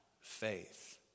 faith